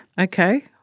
Okay